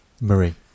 Marie